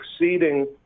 exceeding